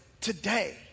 today